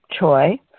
choy